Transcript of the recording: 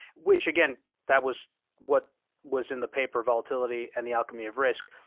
which again that was what was in the paper volatility and the alchemy of risk.